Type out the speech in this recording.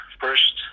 first